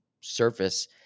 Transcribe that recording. surface